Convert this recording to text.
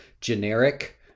generic